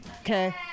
okay